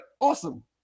awesome